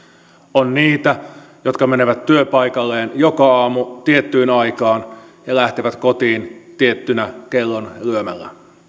on niitä jotka menevät työpaikalleen joka aamu tiettyyn aikaan ja lähtevät kotiin tiettynä kellonlyömänä